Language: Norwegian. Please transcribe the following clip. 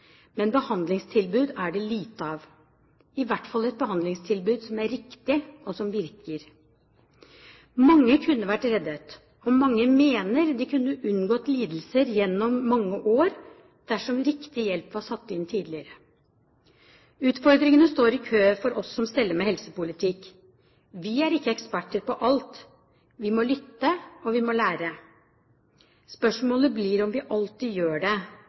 Men behandlingstilbud er det lite av, i hvert fall et behandlingstilbud som er riktig, og som virker. Mange kunne vært reddet, og mange mener de kunne unngått lidelser gjennom mange år dersom riktig hjelp var satt inn tidligere. Utfordringene står i kø for oss som steller med helsepolitikk. Vi er ikke eksperter på alt. Vi må lytte, og vi må lære. Spørsmålet blir om vi alltid gjør det,